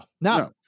No